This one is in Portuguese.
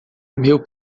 meu